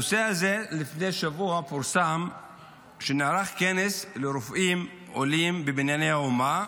לפני שבוע פורסם שנערך כנס לרופאים עולים בבנייני האומה,